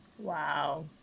wow